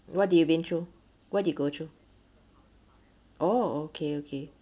what do you been through what you go through oh okay okay